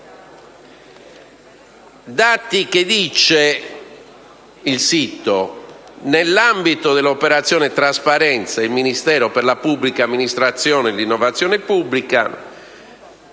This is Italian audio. legge su tale sito: «Nell'ambito dell'Operazione Trasparenza il Ministero per la pubblica amministrazione e l'innovazione pubblica